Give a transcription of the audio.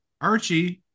Archie